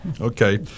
Okay